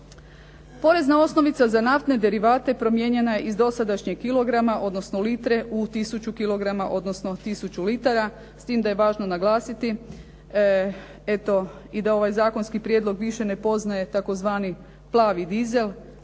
Porezna osnovica za naftne derivate promijenjena je iz dosadašnjeg kilograma, odnosno litre u tisuću kilograma, odnosno tisuću litara, s tim da je važno naglasiti eto i da ovaj zakonski prijedlog više ne poznaje tzv. plavi dizel,